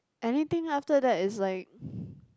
anything after that is like